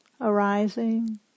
arising